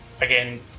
again